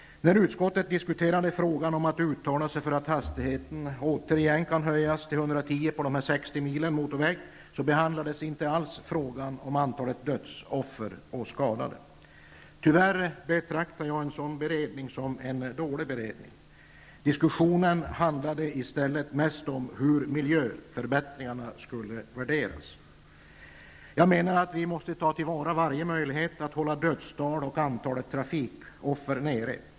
När utskottet diskuterade frågan om att uttala sig för att hastigheten återigen kan höjas till 110 km/tim på de 60 milen motorväg, behandlades inte alls frågan om antalet dödsoffer och skadade. Tyvärr måste jag betrakta en sådan beredning som dålig. Diskussionen handlade mest om hur miljöförbättringarna skulle värderas. Jag menar att vi måste ta till vara varje möjlighet att hålla antalet dödade och skadade nere.